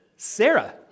Sarah